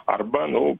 arba nu